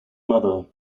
mother